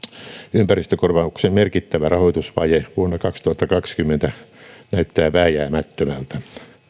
ympäristökorvauksen merkittävä rahoitusvaje vuonna kaksituhattakaksikymmentä näyttää vääjäämättömältä